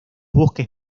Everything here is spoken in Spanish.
bosques